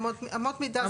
אמות מידה זה נראה לי בסדר.